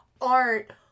art